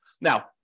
Now